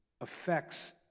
affects